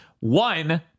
one